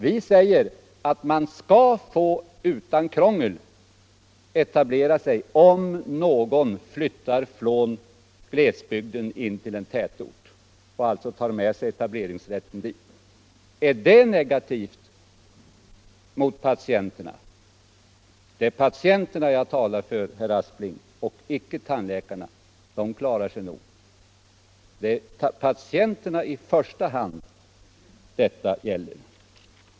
Vi hävdar att en ny tandläkare skall ha rätt att utan krångel etablera sig på en ort i glesbygd, om tandläkaren där flyttar från glesbygden in till en tätort och alltså tar med sig etableringsrätten dit. Är detta negativt för patienterna? Det är patienterna jag talar för, herr Aspling, och icke tandläkarna. De klarar sig nog. Det är i första hand patienterna detta gäller.